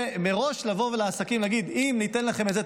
ומראש לבוא לעסקים ולהגיד: אם ניתן לכם את זה,